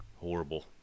horrible